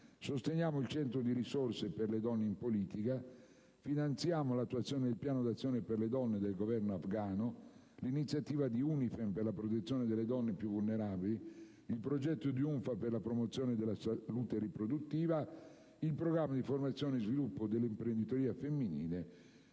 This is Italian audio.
sosteniamo il Centro di risorse per le donne in politica; finanziamo l'attuazione del Piano d'azione per le donne del Governo afghano, l'iniziativa di UNIFEM per la protezione delle donne più vulnerabili, il progetto di UNFPA per la promozione della salute riproduttiva, il programma di formazione e sviluppo dell'imprenditoria femminile;